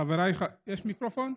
חבריי, יש מיקרופון?